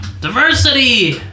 Diversity